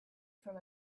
from